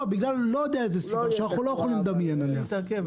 בגלל איזושהי סיבה שאנחנו לא יכולים לדמיין אותה.